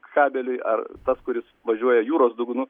kabeliui ar tas kuris važiuoja jūros dugnu